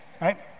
Right